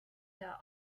der